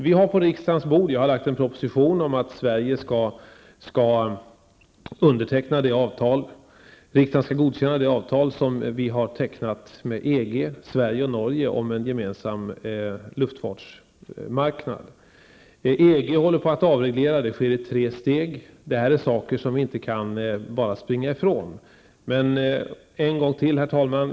Vi har lagt på riksdagens bord en proposition om att riksdagen skall godkänna det avtal som Sverige och Norge har tecknat med EG om en gemensam luftfartsmarknad. Inom EG håller man på att avreglera den. Det sker i tre steg. Det här är saker som vi bara inte kan springa ifrån. Än en gång, herr talman!